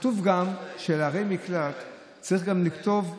כתוב גם שלערי מקלט צריך לכתוב שלטים,